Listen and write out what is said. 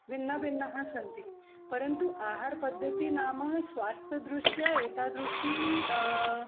भिन्नभिन्नः सन्ति परन्तु आहारपद्धतिः नामः स्वास्थ्यदृष्ट्या एतादृशी